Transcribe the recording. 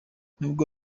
nubwo